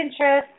Pinterest